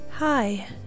Hi